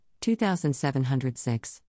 2706